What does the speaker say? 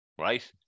right